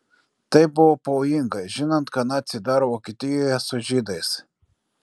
tai buvo pavojinga žinant ką naciai daro vokietijoje su žydais